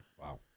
Wow